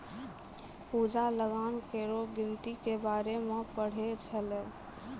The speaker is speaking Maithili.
पूजा लगान केरो गिनती के बारे मे पढ़ै छलै